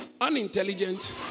unintelligent